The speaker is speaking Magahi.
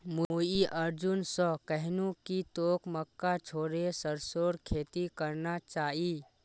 मुई अर्जुन स कहनु कि तोक मक्का छोड़े सरसोर खेती करना चाइ